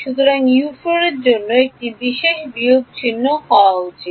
সুতরাং এর জন্য এটি একটি বিয়োগ চিহ্ন হওয়া উচিত